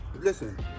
Listen